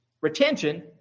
Retention